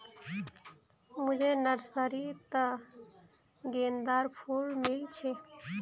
मुझे नर्सरी त गेंदार फूल मिल छे